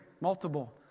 multiple